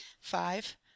five